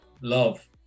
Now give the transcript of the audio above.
love